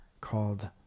called